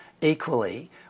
equally